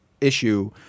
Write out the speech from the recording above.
issue